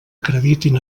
acreditin